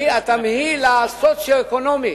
שהתמהיל הסוציו-אקונומי